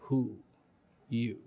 who you